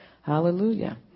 Hallelujah